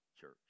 church